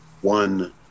one